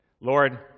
Lord